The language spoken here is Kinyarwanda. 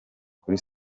kuri